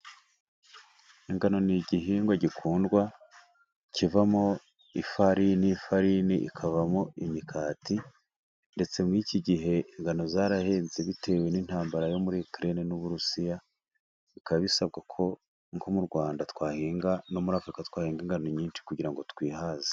Ingano ni igihingwa gikundwa kivamo ifarini, n'ifarini ikavamo imikati, ndetse muri iki gihe ingano zarahenze bitewe n'intambara yo muri Ukraine n'Uburusiya, bikaba bisabwa ko nko mu Rwanda twahinga no muri afurika twahinga ingano nyinshi, kugira ngo twihaze.